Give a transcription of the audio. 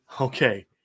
okay